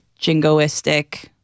jingoistic